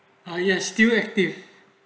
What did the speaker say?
ah yes still active